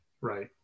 Right